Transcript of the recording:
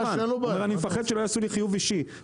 אני מפחד שלא יעשו לי חיוב אישי,